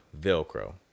Velcro